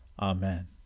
Amen